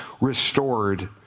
restored